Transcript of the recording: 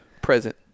present